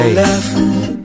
love